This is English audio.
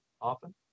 often